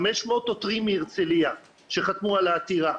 500 עותרים מהרצליה שחתמו על העתירה,